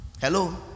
Hello